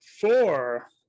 four